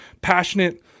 passionate